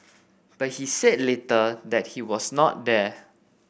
but he said later that he was not there